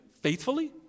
faithfully